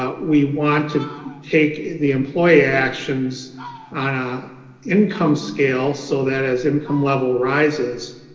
ah we want to take the employee actions income scale so that as income level rises,